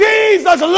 Jesus